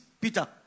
Peter